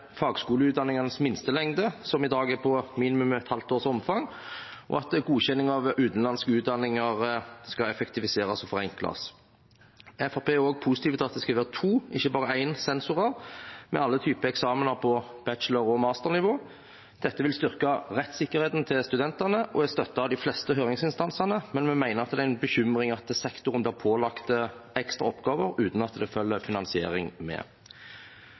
fagskoleutdanningenes minstelengde, som i dag er på minimum et halvt års omfang, og at godkjenning av utenlandske utdanninger skal effektiviseres og forenkles. Fremskrittspartiet er også positive til at det skal være to, ikke bare én, sensorer ved alle typer eksamen på bachelor- og masternivå. Dette vil styrke rettssikkerheten til studentene. Jeg støtter de fleste høringsinstansene, men mener det er en bekymring at sektoren blir pålagt ekstra oppgaver uten at det følger finansiering med.